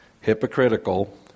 hypocritical